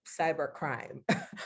cybercrime